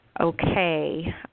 okay